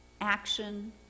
action